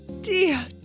dear